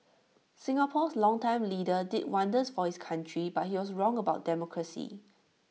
Singapore's longtime leader did wonders for his country but he was wrong about democracy